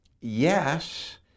Yes